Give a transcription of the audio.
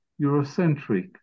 Eurocentric